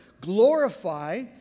glorify